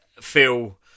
feel